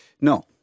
No